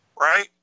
right